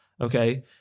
Okay